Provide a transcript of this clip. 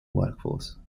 workforce